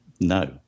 No